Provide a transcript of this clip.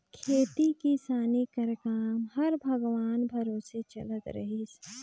खेती किसानी कर काम हर भगवान भरोसे चलत रहिस